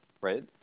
right